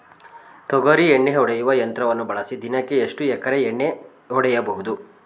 ತೊಗರಿ ಎಣ್ಣೆ ಹೊಡೆಯುವ ಯಂತ್ರವನ್ನು ಬಳಸಿ ದಿನಕ್ಕೆ ಎಷ್ಟು ಎಕರೆ ಎಣ್ಣೆ ಹೊಡೆಯಬಹುದು?